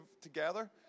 together